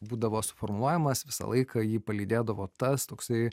būdavo suformuojamas visą laiką jį palydėdavo tas toksai